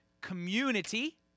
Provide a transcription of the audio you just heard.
community